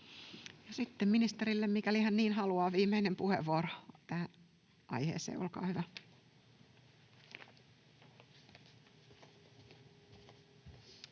sitten ministerille, mikäli hän niin haluaa, viimeinen puheenvuoro tähän aiheeseen. — Olkaa hyvä.